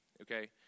okay